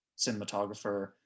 cinematographer